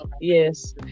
Yes